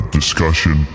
discussion